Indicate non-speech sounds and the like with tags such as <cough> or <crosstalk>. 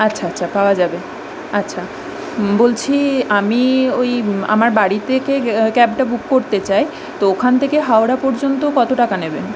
আচ্ছা আচ্ছা পাওয়া যাবে আচ্ছা বলছি আমি ওই আমার বাড়ি থেকে <unintelligible> ক্যাবটা বুক করতে চাই তো ওখান থেকে হাওড়া পর্যন্ত কত টাকা নেবেন